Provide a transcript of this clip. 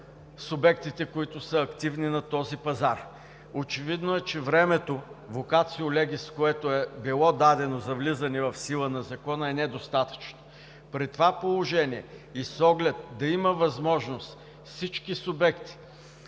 субектите, които са активни на този пазар. Очевидно е, че времето, vacatio legis, което е било дадено за влизане в сила на Закона, е недостатъчно. При това положение и с оглед да има възможност всички субекти